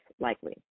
likely